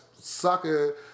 sucker